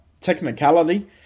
technicality